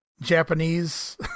Japanese